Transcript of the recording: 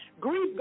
Grief